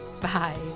Bye